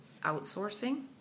outsourcing